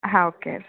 ಹಾಂ ಓಕೆ